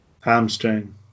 Hamstring